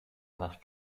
nach